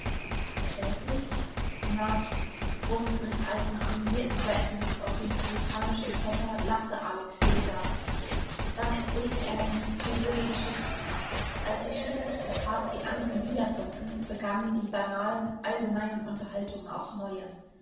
kläglich na und mit einem amüsierten seitenblick auf den puritanischen vetter lachte alex vielsagend dann erzählte er ihm frivole geschichten als sie schließlich im park die anderen wiederfanden begannen die banalen allgemeinen unterhaltungen aufs neue